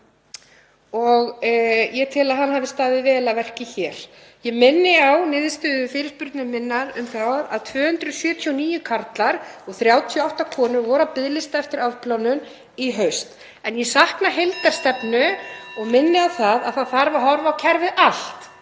og ég tel að hann hafi staðið vel að verki hér. Ég minni á niðurstöður fyrirspurnar minnar um að 279 karlar og 38 konur voru á biðlista eftir afplánun í haust, (Forseti hringir.) en ég sakna heildarstefnu og minni á að það þarf að horfa á kerfið allt;